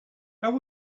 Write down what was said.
have